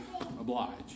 oblige